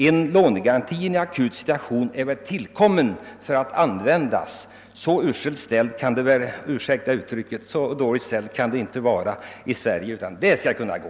En lånegaranti i en akut situation måste vara tillkommen för att användas. Så dåligt ställt vill jag inte tro det kan vara med Sveriges ekonomi.